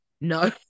No